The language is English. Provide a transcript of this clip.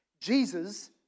Jesus